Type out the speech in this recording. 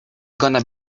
gonna